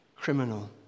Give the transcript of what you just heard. criminal